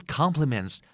compliments